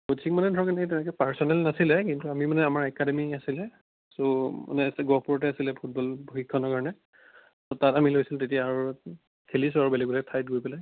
coaching মানে ধৰক এনে সেনেকৈ পাৰ্চনেল নাছিল কিন্তু আমি মানে আমাৰ একাডেমী আছিল চ' মানে ইয়াতে গহপুৰতে আছিল ফুটবল প্ৰশিক্ষণৰ কাৰণে তাত আমি লৈছিলো তেতিয়া আৰু খেলিছো আৰু বেলেগ বেলেগ ঠাইত গৈ পেলাই